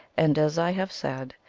and, as i have said,